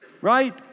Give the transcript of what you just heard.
Right